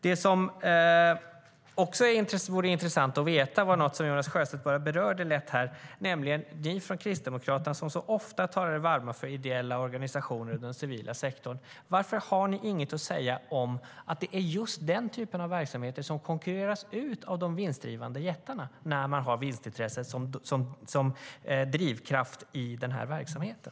Något som också vore intressant att veta och som Jonas Sjöstedt berörde lite grann är varför ni från Kristdemokraterna som så ofta talar er varma för ideella organisationer och den civila sektorn inte har något att säga om att det är just denna typ av verksamheter som konkurreras ut av de vinstdrivande jättarna när man har vinstintresset som drivkraft i verksamheten.